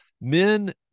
men